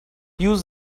use